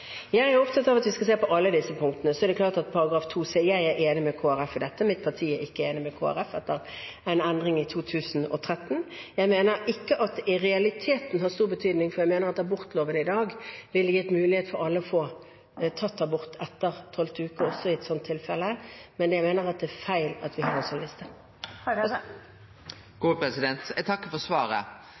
alle disse punktene. Når det gjelder § 2 c, er jeg enig med Kristelig Folkeparti i dette. Mitt parti er ikke enig med Kristelig Folkeparti, etter en endring i 2013. Jeg mener at det i realiteten ikke har stor betydning, for jeg mener at abortloven i dag ville gitt mulighet for alle å få tatt abort etter tolvte uke, også i et sånt tilfelle, men jeg mener at det er feil at vi har en sånn liste. Eg takkar for svaret